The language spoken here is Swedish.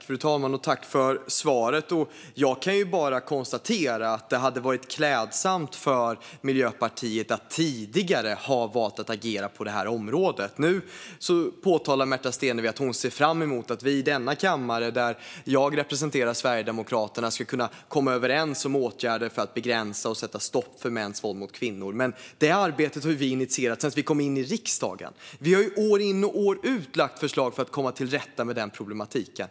Fru talman! Tack för svaret, Märta Stenevi! Jag kan bara konstatera att det hade varit klädsamt om Miljöpartiet tidigare hade valt att agera på det här området. Nu säger Märta Stenevi att hon ser fram emot att vi i denna kammare, där jag representerar Sverigedemokraterna, ska kunna komma överens om åtgärder för att begränsa och sätta stopp för mäns våld mot kvinnor. Men det arbetet har vi initierat sedan vi kom in i riksdagen. Vi har ju år in och år ut lagt fram förslag för att komma till rätta med den problematiken.